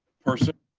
person.